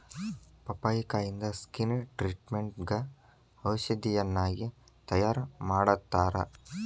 ಪಪ್ಪಾಯಿಕಾಯಿಂದ skin ಟ್ರಿಟ್ಮೇಟ್ಗ ಔಷಧಿಯನ್ನಾಗಿ ತಯಾರಮಾಡತ್ತಾರ